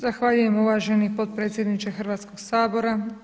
Zahvaljujem uvaženi potpredsjedniče Hrvatskoga sabora.